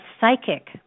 psychic